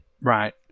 Right